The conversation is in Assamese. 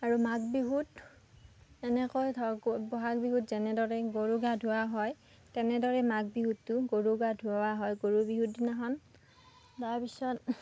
আৰু মাঘ বিহুত এনেকৈ বহাগ বিহুত যেনেদৰে গৰু গা ধুওৱা হয় তেনেদৰে মাঘ বিহুতো গৰু গা ধুওৱা হয় গৰু বিহু দিনাখন তাৰ পিছত